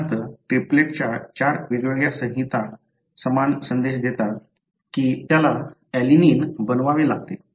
उदाहरणार्थ ट्रिपलेटच्या चार वेगवेगळ्या संहिता समान संदेश देतात की त्याला अलिनिन बनवावे लागते